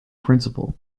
principal